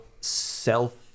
self